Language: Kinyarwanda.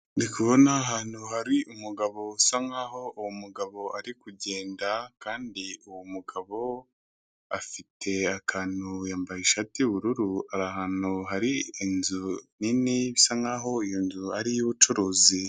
Ndi kubona ahantu hari umugabo usa nkaho, uwo mugabo ari kugenda, kandi uwo mugabo afite akantu yambaye ishati y'ubururu, ari ahantu hari inzu nini bisa nkaho iyo nzu ari iy'ubucuruzi.